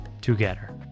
together